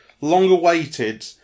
long-awaited